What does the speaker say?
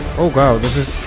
oh wow, this is